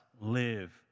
live